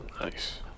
nice